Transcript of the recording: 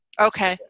Okay